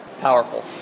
Powerful